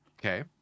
Okay